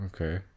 okay